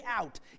out